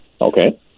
Okay